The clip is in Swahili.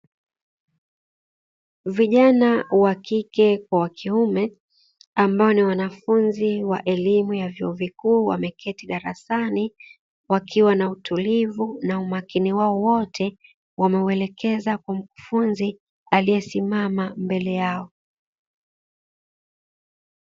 Vijana wa kike kwa wakiume ambao ni wanafunzi wa vyuo vikuu wameketi darasani wakiwa na utulivu na umakini wao wote, wameuelekeza kwa mkufunzi aliyesimama mbele yao.